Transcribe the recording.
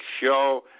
show